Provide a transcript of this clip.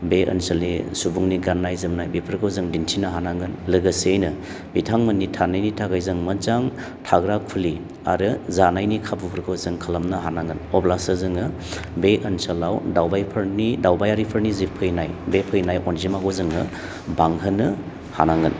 बे ओनसोलनि सुबुंनि गाननाय जोमनाय बेफोरखौ जों दिन्थिनो हानांगोन लोगोसेयैनो बिथांमोननि थानायनि थाखाय जों मोजजां थाग्रा खुलि आरो जानायनि खाबुफोरखौ जों खालामनो हानांगोन अब्लासो जोङो बे ओनसोलाव दावबायफोरनि दावबायारिफोरनि जि फैनाय बे फैनाय अनजिमाखौनो जोङो बांहोनो हानांगोन